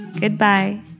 goodbye